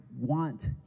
want